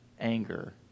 anger